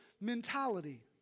mentality